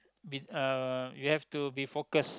been uh you have to be focused